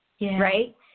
right